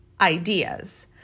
ideas